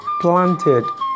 planted